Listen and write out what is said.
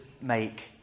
make